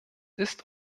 ist